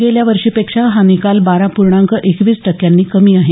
गेल्या वर्षीपेक्षा हा निकाल बारा पूर्णांक एकवीस टक्क्यांनी कमी आहे